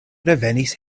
revenis